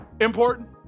important